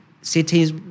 cities